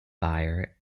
fire